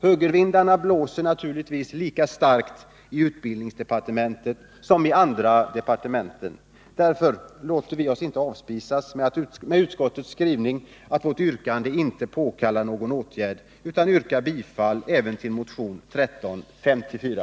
Högervindarna blåser naturligtvis lika starkt i utbildningsdepartementet som i de andra departementen. Därför låter vi oss inte avspisas med utskottets skrivning att vårt yrkande inte skall påkalla någon åtgärd utan yrkar bifall även till motionen 1354.